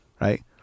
right